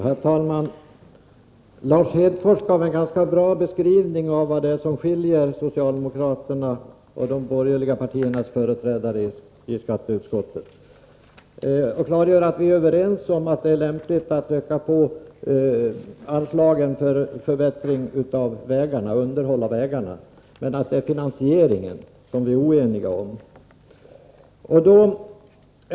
Herr talman! Lars Hedfors gav en ganska bra beskrivning av vad det är som skiljer mellan socialdemokraternas och de borgerliga partiernas företrädare i skatteutskottet. Vi är överens om att det är lämpligt att öka på anslagen för förbättring och underhåll av vägarna, men det är finansieringen vi är oeniga om.